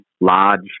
large